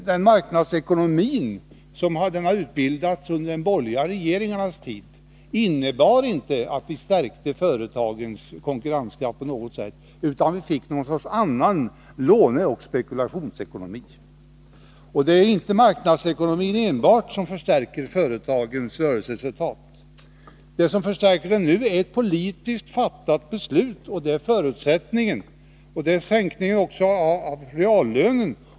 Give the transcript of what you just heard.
Den marknadsekonomi som hade utbildats under de borgerliga regeringarnas tid innebar alltså inte att vi på något sätt stärkte företagens konkurrenskraft, utan vi fick något slags låneoch spekulationsekonomi. Det är inte enbart marknadsekonomin som stärker företagens rörelseresultat. Det som nu förstärker dessa är politiskt fattade beslut och sänkningen av reallönen.